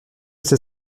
c’est